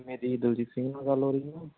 ਮੇਰੀ ਦਲਜੀਤ ਸਿੰਘ ਨਾਲ ਗੱਲ ਹੋ ਰਹੀ ਹੈ